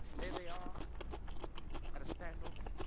there they are at a standoff